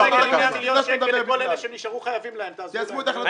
קואליציה ואופוזיציה,